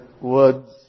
words